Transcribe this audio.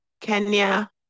Kenya